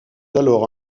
alors